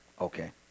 Okay